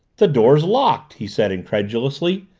the door's locked! he said incredulously.